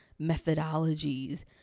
methodologies